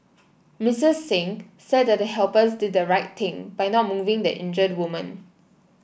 Missus Singh said the helpers did the right thing by not moving the injured woman